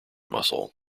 muscle